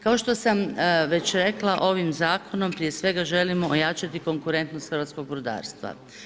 Kao što sam već rekla, ovim zakonom prije svega želimo ojačati konkurentnost hrvatskog brodarstva.